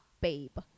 babe